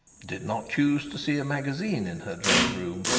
did not choose to see a magazine in her drawing-room,